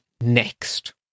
next